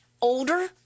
older